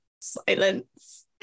Silence